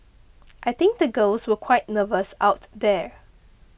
I think the girls were quite nervous out there